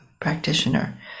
practitioner